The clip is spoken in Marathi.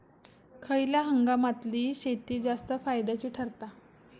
खयल्या हंगामातली शेती जास्त फायद्याची ठरता?